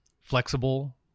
flexible